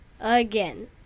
Again